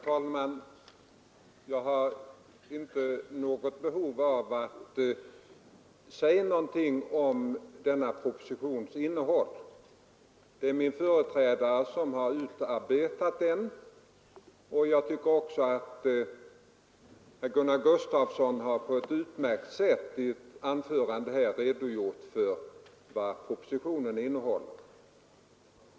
Herr talman! Jag har inte något behov av att säga någonting om denna propositions innehåll. Det är min företrädare som har utarbetat den, och jag tycker också att herr Gunnar Gustafsson på ett utmärkt sätt i sitt anförande redogjort för vad propositionen innehåller.